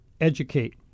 educate